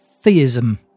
theism